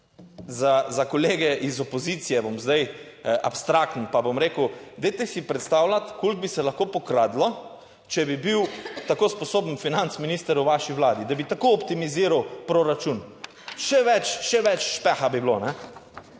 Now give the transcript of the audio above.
za kolege iz opozicije, bom zdaj abstrakten, pa bom rekel, dajte si predstavljati, koliko bi se lahko pokradlo, če bi bil tako sposoben financ minister v vaši Vladi, da bi tako optimiziral proračun? Še več, še več špeha bi bilo,